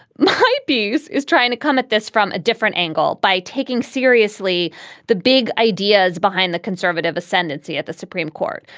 my piece is trying to come at this from a different angle by taking seriously the big ideas behind the conservative ascendancy at the supreme court,